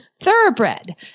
thoroughbred